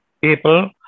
people